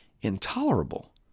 intolerable